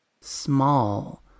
small